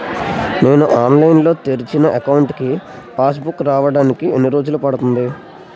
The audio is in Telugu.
నేను ఆన్లైన్ లో తెరిచిన అకౌంట్ కి పాస్ బుక్ రావడానికి ఎన్ని రోజులు పడుతుంది?